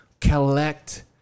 collect